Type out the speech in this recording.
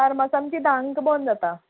फर्मास आमची धांक बंद जाता